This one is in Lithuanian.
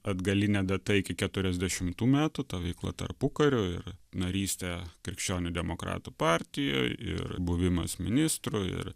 atgaline data iki keturiasdešimtų metų ta veikla tarpukariu ir narystė krikščionių demokratų partijoj ir buvimas ministru ir